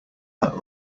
that